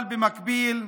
אבל במקביל,